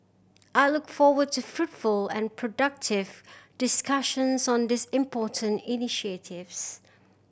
I look forward to fruitful and productive discussions on these important initiatives